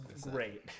great